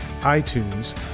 iTunes